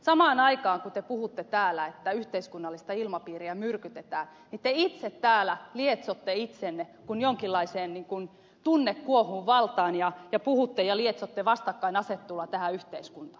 samaan aikaan kun te puhutte täällä että yhteiskunnallista ilmapiiriä myrkytetään te itse täällä lietsotte itsenne kuin jonkinlaisen tunnekuohun valtaan ja puhutte ja lietsotte vastakkainasettelua tähän yhteiskuntaan